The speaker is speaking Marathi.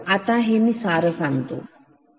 तर आता मी आता सारांश सांगतो